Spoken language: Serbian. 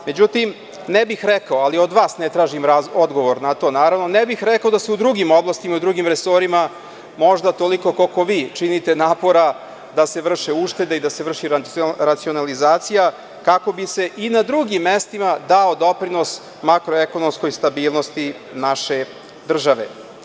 Međutim, ne bih rekao, ali od vas ne tražim odgovor na to, naravno, ne bih rekao da se u drugim oblastima i u drugim resorima, možda ne toliko koliko vi činite napora, vrši uštede i da se vrši racionalizacija kako bi se i na drugim mestima dao doprinos makroekonomskoj stabilnosti naše države.